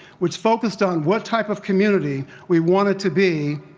which focused on what type of community we wanted to be,